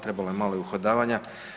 Trebalo je malo i uhodavanja.